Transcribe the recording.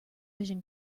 vision